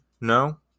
no